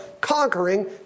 conquering